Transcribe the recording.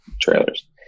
trailers